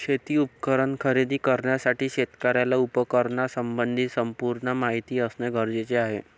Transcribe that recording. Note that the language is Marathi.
शेती उपकरण खरेदी करण्यासाठी शेतकऱ्याला उपकरणासंबंधी संपूर्ण माहिती असणे गरजेचे आहे